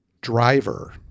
driver